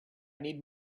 need